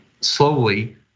slowly